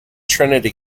trinity